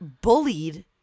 bullied